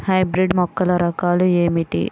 Hybrid మొక్కల రకాలు ఏమిటి?